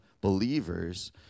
believers